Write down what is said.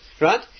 Right